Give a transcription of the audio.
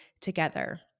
together